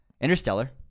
Interstellar